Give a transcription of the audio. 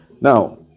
Now